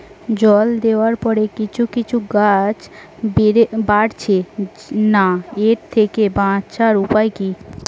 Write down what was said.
জল দেওয়ার পরে কিছু কিছু গাছ বাড়ছে না এর থেকে বাঁচার উপাদান কী?